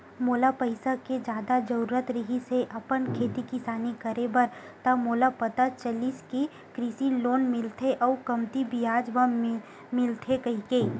मोला पइसा के जादा जरुरत रिहिस हे अपन खेती किसानी करे बर त मोला पता चलिस कि कृषि लोन मिलथे अउ कमती बियाज म मिलथे कहिके